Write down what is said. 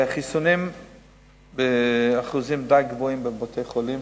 חיסונים באחוזים די גבוהים בבתי-חולים,